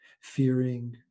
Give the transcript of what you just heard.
fearing